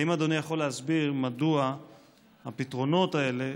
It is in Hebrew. האם אדוני יכול להסביר מדוע הפתרונות האלה,